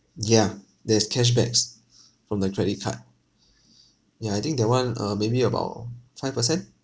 yeah there's cash backs from the credit card ya I think that one uh maybe about five percent